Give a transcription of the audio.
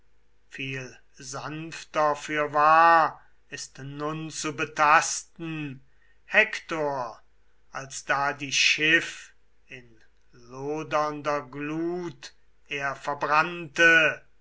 viel sanfter fürwahr ist nun zu betasten hektor als da die schiff in lodernder glut er verbrannte